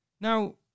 Now